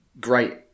great